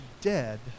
dead